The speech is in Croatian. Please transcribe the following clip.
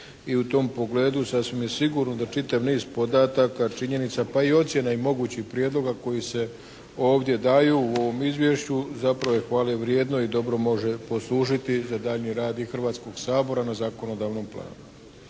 i u tom pogledu sasvim je sigurno da čitav niz podataka, činjenica pa i ocjena i mogućih prijedloga koji se ovdje daju u ovom izvješću zapravo je hvale vrijedno i dobro može poslužiti za daljnji rad i Hrvatskog sabora na zakonodavnom planu.